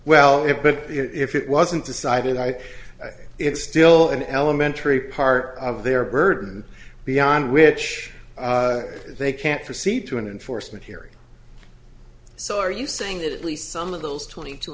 well but if it wasn't decided by it's dillon elementary part of their burden beyond which they can't proceed to an enforcement hearing so are you saying that at least some of those twenty two